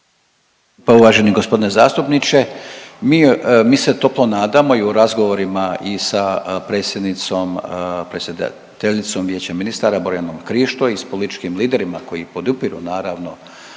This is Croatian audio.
Pa uvaženi g. zastupniče, mi, mi se toplo nadamo i u razgovorima i sa predsjednicom, predsjedateljicom Vijeća ministara Borjanom Krišto i s političkim liderima koji podupiru naravno